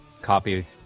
copy